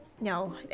No